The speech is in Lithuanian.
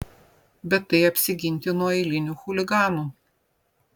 bet tai apsiginti nuo eilinių chuliganų